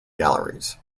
galleries